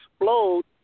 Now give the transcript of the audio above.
explode